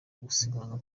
gusiganwa